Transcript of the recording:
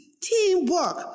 teamwork